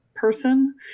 person